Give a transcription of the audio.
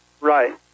Right